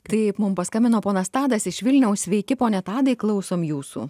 taip mum paskambino ponas tadas iš vilniaus sveiki pone tadai klausom jūsų